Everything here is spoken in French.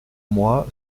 moi